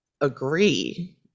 agree